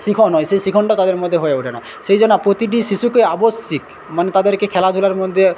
শিখন হয় সেই শিখনটা তাদের মধ্যে হয়ে ওঠে না সেই জন্য প্রতিটি শিশুকে আবশ্যিক মানে তাদেরকে খেলাধূলার মধ্যে